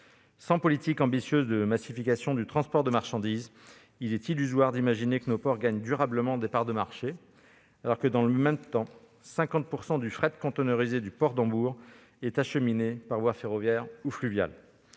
Sans politique ambitieuse de massification du transport de marchandises, il est illusoire d'imaginer que nos ports gagnent durablement des parts de marché, alors que, dans le même temps, 50 % du fret en conteneurs du port d'Hambourg est acheminé par voie ferroviaire ou fluviale.